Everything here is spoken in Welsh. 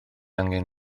angen